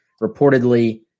reportedly –